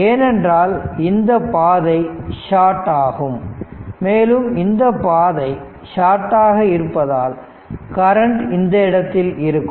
ஏனென்றால் இந்த பாதை ஷாட் ஆகும் மேலும் இந்த பாதை ஷாட்டாக இருப்பதால் கரண்ட் இந்த இடத்தில் இருக்கும்